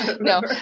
no